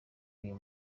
uyu